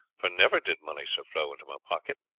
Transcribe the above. for never did money so flow into my pocket.